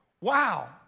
Wow